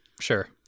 sure